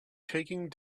taking